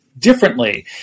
differently